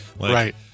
Right